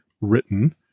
written